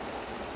okay